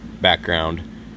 background